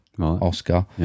Oscar